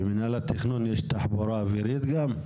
במינהל התכנון יש תחבורה אווירית גם?